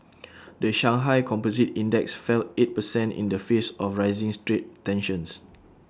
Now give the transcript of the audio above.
the Shanghai composite index fell eight percent in the face of rising trade tensions